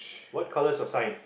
what colour is your sign